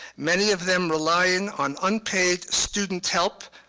many of them relying on unpaid student help,